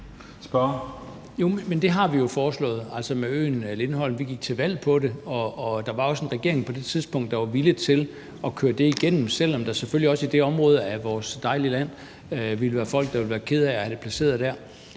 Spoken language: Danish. det har vi jo foreslået, altså med øen Lindholm. Vi gik til valg på det, og der var også en regering på det tidspunkt, der var villig til at køre det igennem, selv om der selvfølgelig også i det område af vores dejlige land ville være folk, der ville være kede af at have det placeret der.